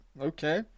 Okay